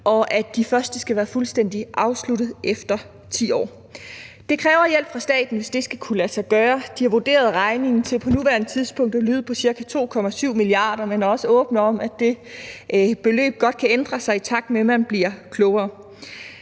og at de første skal være fuldstændig afsluttet efter 10 år. Det kræver hjælp fra staten, hvis det skal kunne lade sig gøre. De har på nuværende tidspunkt vurderet regningen til at lyde på ca. 2,7 mia. kr., men de er også åbne over for, at det beløb godt kan ændre sig, i takt med at man bliver klogere.